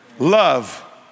Love